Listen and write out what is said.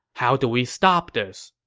how do we stop this?